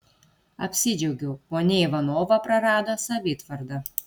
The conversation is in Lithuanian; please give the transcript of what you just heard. apsidžiaugiau ponia ivanova prarado savitvardą